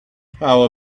how